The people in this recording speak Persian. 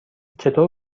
چطور